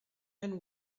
and